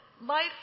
life